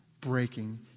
breaking